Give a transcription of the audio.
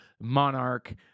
monarch